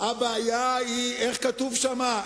הבעיה היא, איך כתוב שם?